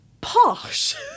posh